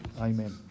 Amen